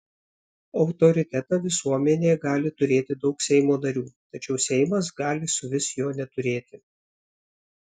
autoritetą visuomenėje gali turėti daug seimo narių tačiau seimas gali suvis jo neturėti